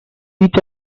each